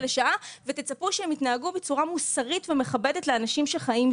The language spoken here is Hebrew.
לשעה ותצפו שהם יתנהגו בצורה מוסרית ומכבדת לאנשים שחיים שם.